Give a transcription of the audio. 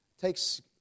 takes